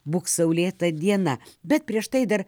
būk saulėta diena bet prieš tai dar